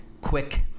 quick